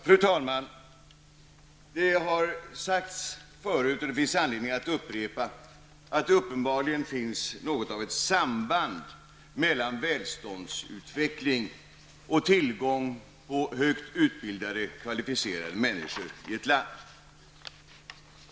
Fru talman! Det har tidigare sagts -- och det finns anledning att upprepa det -- att det uppenbarligen finns något av ett samband mellan välståndsutveckling och tillgång på högt utbildade kvalificerade människor i ett land.